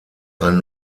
ein